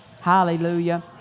Hallelujah